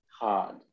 Hard